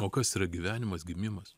o kas yra gyvenimas gimimas